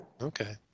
Okay